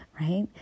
right